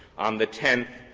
on the tenth,